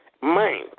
mind